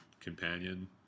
companion